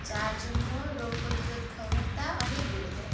যার জন্য রোগ প্রতিরোধ ক্ষমতা অনেক বেড়ে যায়